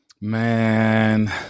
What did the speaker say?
Man